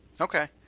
Okay